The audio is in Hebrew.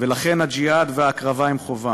ולכן הג'יהאד וההקרבה הם חובה.